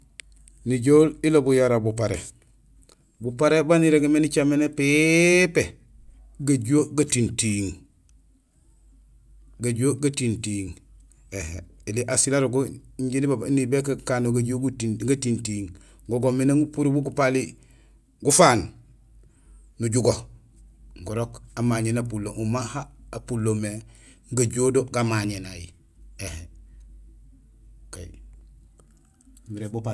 Nijool ilobul yara buparé. Buparé baan irégmé nicaméné pépé; gajuho gatintiiŋ; gajuho gatintiiŋ. Ēli asiil arok go injé bégakano gajuho gatintiiŋ; go goomé nang upurul bu gupali gafaan nujugo. Gurok amañéén napulo umma apulomé gajuho do gamañénay.